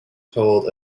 told